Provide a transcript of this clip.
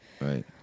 Right